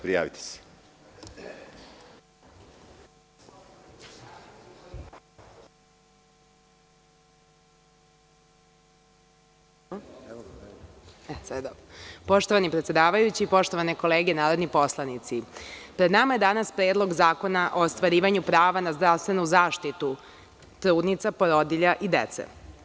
Poštovani predsedavajući, poštovane kolege narodni poslanici, pred nama je danas Predlog zakona o ostvarivanju prava na zdravstvenu zaštitu trudnica, porodilja i dece.